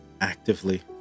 Actively